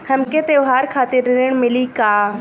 हमके त्योहार खातिर ऋण मिली का?